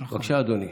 בבקשה, אדוני.